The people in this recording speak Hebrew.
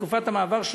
בתקופת המעבר,